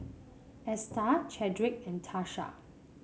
Esta Chadrick and Tasha